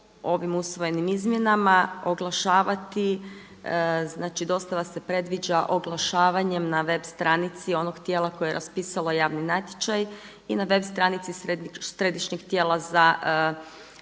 znači dostava se predviđa oglašavanjem na web stranici onog tijela koje je raspisalo javni natječaj i na web stranici Središnjeg tijela za državnu